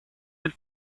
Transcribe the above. had